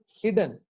hidden